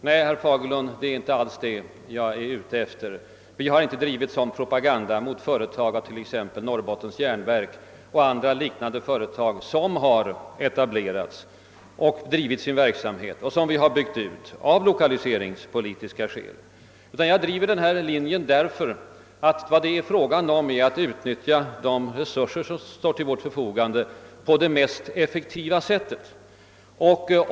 Nej, herr Fagerlund, det är inte alls vad jag är ute efter; vi har inte drivit sådan propaganda mot Norrbottens järnverk och andra liknande företag som har etablerats, drivit sin verksamhet och byggts ut av lokaliseringspolitiska skäl. Jag hävdar i stället min linje därför att det är fråga om att på det mest effektiva sättet utnyttja de resurser som står till vårt förfogande.